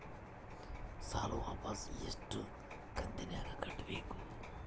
ಸಾಲ ವಾಪಸ್ ಎಷ್ಟು ಕಂತಿನ್ಯಾಗ ಕಟ್ಟಬೇಕು?